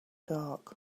dark